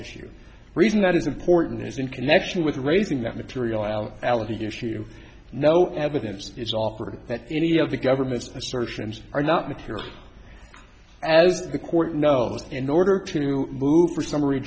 issue reason that is important is in connection with raising that material out ality issue no evidence is offered that any of the government's assertions are not material as the court knows in order to move for summary